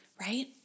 Right